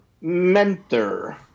mentor